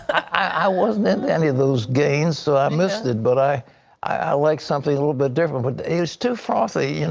i was not in any of those gains so i missed it. but i i like something a little bit different. but it's to frothy.